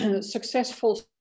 successful